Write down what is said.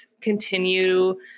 continue